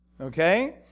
Okay